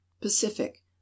Pacific